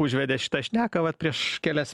užvedė šitą šneką vat prieš kelias